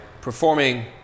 performing